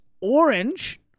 orange